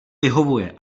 vyhovuje